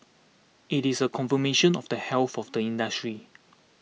it is a confirmation of the health of the industry